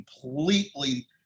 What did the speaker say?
completely